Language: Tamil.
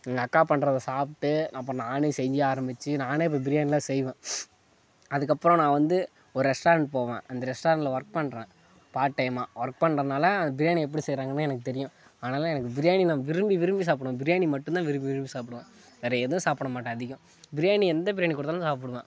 எங்கள் அக்கா பண்ணுறத சாப்பிட்டு அப்போ நானே செய்ய ஆரம்பிச்சு நானே இப்போ பிரியாணியெல்லாம் செய்வேன் அதுக்கப்புறம் நான் வந்து ஒரு ரெஸ்ட்டாரண்ட் போவேன் அந்த ரெஸ்ட்டாரண்டில் ஒர்க் பண்ணுறேன் பார்ட் டைமாக ஒர்க் பண்ணுறதுனால அந்த பிரியாணி எப்படி செய்யறாங்கன்னு எனக்கு தெரியும் அதனால் எனக்கு பிரியாணி நான் விரும்பி விரும்பி சாப்பிடுவேன் பிரியாணி மட்டும்தான் விரும்பி விரும்பி சாப்பிடுவேன் வேறே எதவும் சாப்பிடமாட்டேன் அதிகம் பிரியாணி எந்த பிரியாணி கொடுத்தாலும் நான் சாப்பிடுவேன்